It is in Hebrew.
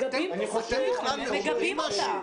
אתם מעוררים משהו?